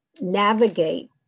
navigate